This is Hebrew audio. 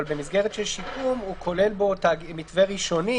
במסגרת של שיקום הוא כולל בה מתווה ראשוני